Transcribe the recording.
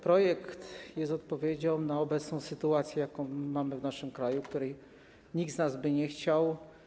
Projekt jest odpowiedzią na obecną sytuację, jaką mamy w naszym kraju, której nikt z nas by nie chciał.